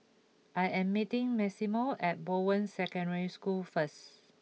I am meeting Maximo at Bowen Secondary School first